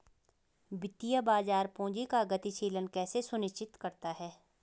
वित्तीय बाजार पूंजी का गतिशीलन कैसे सुनिश्चित करता है?